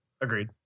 agreed